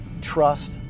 Trust